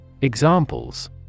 Examples